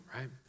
right